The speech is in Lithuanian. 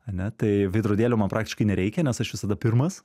ane tai veidrodėlio man praktiškai nereikia nes aš visada pirmas